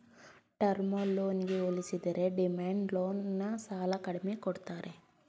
term ಲೋನ್ಗೆ ಹೋಲಿಸಿದರೆ demand loan ನ ಸಾಲ ಕಡಿಮೆ ಕೊಡ್ತಾರೆ